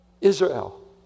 Israel